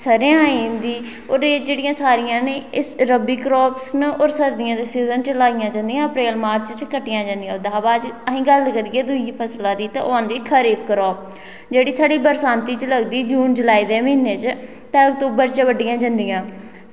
सरेआं आइंदी होर एह् जेह्ड़ियां सारियां न रबी क्रॉप्स न होर सरदियें दे सीजन च लाइयां जंदियां अप्रैल मार्च च कट्टियां जंदियां ओह्दे शा बाद च अस गल्ल करिये दूई फसला दी ते ओह् आंदी खरीफ क्रॉप जेह्ड़ी साढ़ी बरसांती च लगदी जून जुलाई दे म्हीनै च ते अक्तूबर च बड्डियां जंदियां